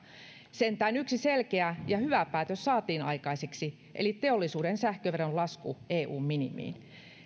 sentään yksi selkeä ja hyvä päätös saatiin aikaiseksi eli teollisuuden sähköveron lasku eun minimiin